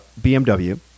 BMW